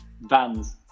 Vans